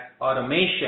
automation